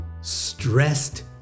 stressed